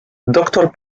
doktor